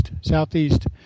southeast